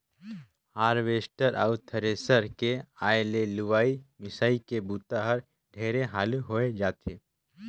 harvester अउ thresher के आए ले लुवई, मिंसई के बूता हर ढेरे हालू हो जाथे